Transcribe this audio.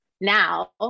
now